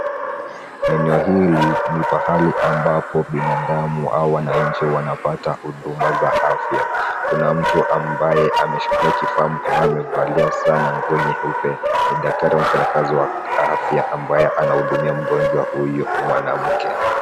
Eneo hili ni pahali ambapo binadamu au wananchi wanapata huduma za afya. Kuna mtu ambaye ameshikilia kifaa mkononi amevalia saa na nguo nyeupe. Ni daktari ama mfanyakazi wa afya ambaye anahudumia mgonjwa huyu mwanamke.